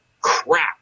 crap